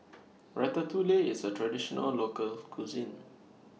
Ratatouille IS A Traditional Local Cuisine